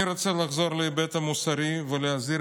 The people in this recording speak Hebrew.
אני רוצה לחזור להיבט המוסרי ולהזהיר